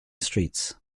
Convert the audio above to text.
streets